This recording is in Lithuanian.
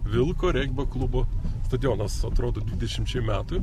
vilko regbio klubo stadionas atrodo dvidešimčiai metų